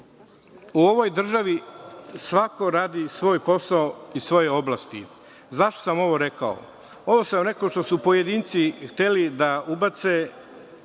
u ovoj državi svako radi svoj posao iz svoje oblasti. Zašto sam ovo rekao? Ovo sam rekao što su pojedinci hteli da ubace